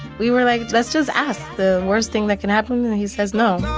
we were like, let's just ask. the worst thing that could happen, he says no